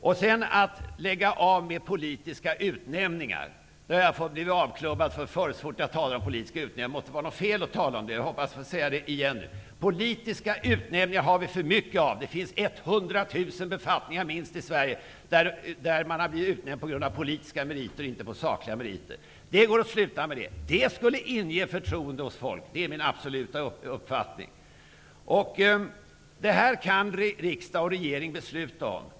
Man skall också lägga av med politiska utnämningar. Jag har blivit avklubbad tidigare så fort jag har talat om politiska utnämningar. Det måste vara något fel att tala om det. Jag hoppas få säga detta igen. Vi har för mycket av politiska utnämningar. Det finns minst 100 000 befattningar i Sverige där utnämningar har skett på grund av politiska meriter och inte på sakliga meriter. Detta kan man sluta med. Det skulle inge förtroende hos människor. Det är min absoluta uppfattning. Detta kan riksdag och regering besluta om.